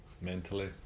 mentally